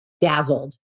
dazzled